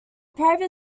private